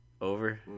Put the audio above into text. Over